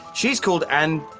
she's called, an.